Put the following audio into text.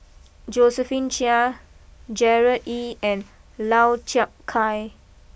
Josephine Chia Gerard Ee and Lau Chiap Khai